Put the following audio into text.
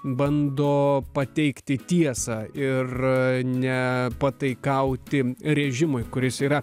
bando pateikti tiesą ir ne pataikauti režimui kuris yra